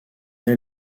est